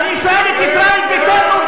ואני שואל את ישראל ביתנו,